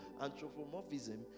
anthropomorphism